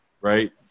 right